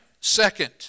Second